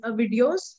videos